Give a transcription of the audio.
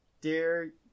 Dear